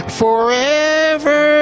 forever